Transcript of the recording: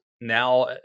now